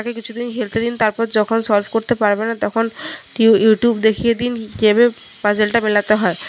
তাকে কিছুদিন খেলতে দিন তারপর যখন সলভ করতে পারবে না তখন ই ইউটিউব দেখিয়ে দিন কীভাবে পাজেলটা মেলাতে হয়